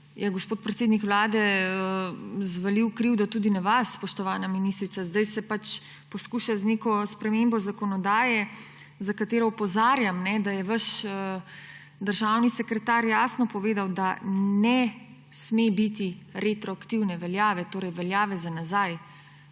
gospod predsednik Vlade zvalil krivdo tudi na vas, spoštovana ministrica. Zdaj se poskuša z neko spremembo zakonodaje, za katero opozarjam, da je vaš državni sekretar jasno povedal, da ne sme biti retroaktivne veljave, torej veljave za nazaj.